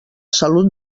salut